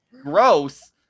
Gross